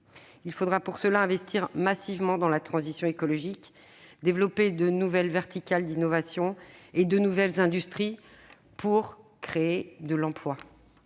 Il faudra, pour cela, investir massivement dans la transition écologique et développer de nouvelles verticales d'innovation et de nouvelles industries susceptibles de créer de l'emploi.